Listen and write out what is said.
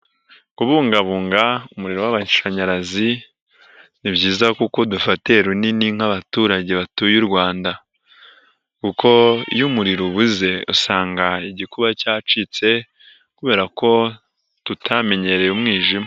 Kubungabunga umuriro w'amashanyarazi, ni byiza kuko udufate runini nk'abaturage batuye u Rwanda kuko iyo umuriro ubuze, usanga igikuba cyacitse kubera ko tutamenyereye umwijima.